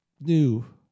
new